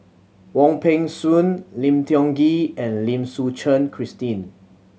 Wong Peng Soon Lim Tiong Ghee and Lim Suchen Christine